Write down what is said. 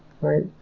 Right